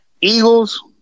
Eagles